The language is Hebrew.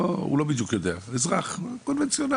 הוא לא בדיוק יודע, אזרח קונבנציונלי.